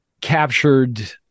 captured